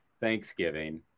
thanksgiving